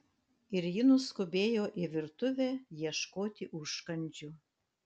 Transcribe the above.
ir ji nuskubėjo į virtuvę ieškoti užkandžių